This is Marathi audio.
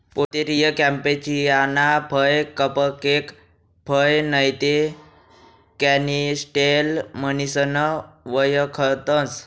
पोतेरिया कॅम्पेचियाना फय कपकेक फय नैते कॅनिस्टेल म्हणीसन वयखतंस